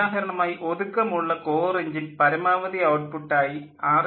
ഉദാഹരണമായി ഒതുക്കമുള്ള core engine പരമാവധി ഔട്ട്പുട്ടായി 6